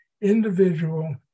individual